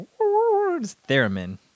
theremin